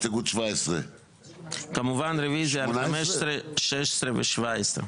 הסתייגות 18. כמובן, רביזיה על 15, 16 ו-17.